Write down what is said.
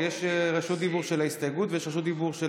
כי יש רשות דיבור של ההסתייגות ויש רשות דיבור של